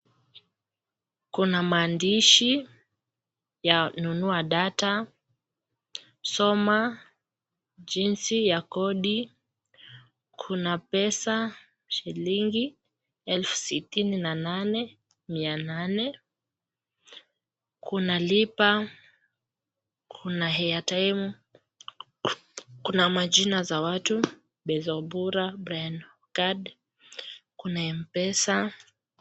Kuna maandishi ya nununa data, soma jinsi ya kodi ,kuna pesa shillingi 68,800.Kuna lipa, kuna airtime ,kuna majina za watu, Beth Obura, Brian Ochard. Kuna Mpesa.